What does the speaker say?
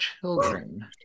children